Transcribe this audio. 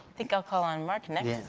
think i'll call on mark next.